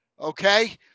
okay